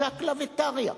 שקלא וטריא,